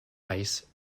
ice